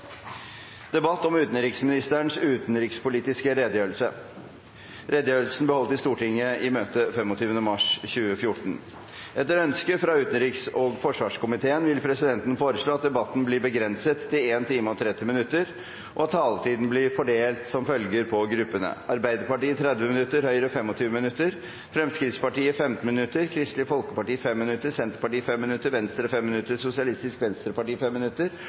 Etter ønske fra utenriks- og forsvarskomiteen vil presidenten foreslå at debatten blir begrenset til 1 time og 30 minutter, og at taletiden blir fordelt slik på gruppene: Arbeiderpartiet 30 minutter, Høyre 25 minutter, Fremskrittspartiet 15 minutter, Kristelig Folkeparti 5 minutter, Senterpartiet 5 minutter, Venstre 5 minutter, Sosialistisk Venstreparti 5 minutter